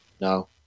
No